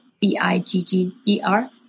B-I-G-G-E-R